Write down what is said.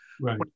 right